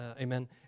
amen